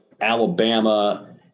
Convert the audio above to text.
Alabama